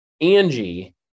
Angie